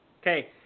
Okay